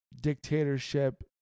dictatorship